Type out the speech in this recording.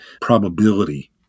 probability